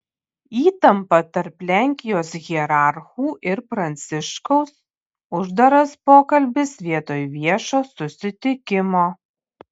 įtampa tarp lenkijos hierarchų ir pranciškaus uždaras pokalbis vietoj viešo susitikimo